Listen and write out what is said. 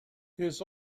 his